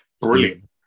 brilliant